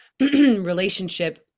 relationship